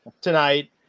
tonight